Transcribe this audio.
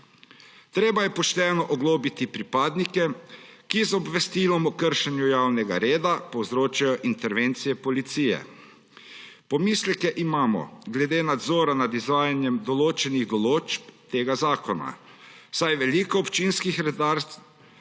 Treba je pošteno oglobiti pripadnike, ki z obvestilom o kršenju javnega reda povzročajo intervencije policije. Pomisleke imamo glede nadzora nad izvajanjem določenih določb tega zakona, saj veliko občinskih redarjev